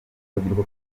urubyiruko